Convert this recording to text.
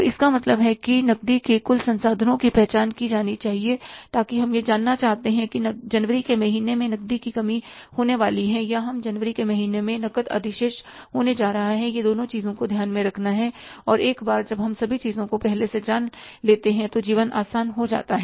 तो इसका मतलब है कि नकदी के कुल संसाधनों की पहचान की जानी चाहिए ताकि हम जानना चाहते हैं कि जनवरी के महीने में नकदी की कमी होने वाली है या हम जनवरी के महीने में नकद अधिशेष होने जा रहा हैं यह दोनों चीजों को ध्यान में रखना है और एक बार जब हम सभी चीजों को पहले से जान लेते हैं तो जीवन आसान हो जाता है